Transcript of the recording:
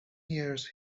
years